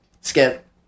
Skip